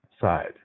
side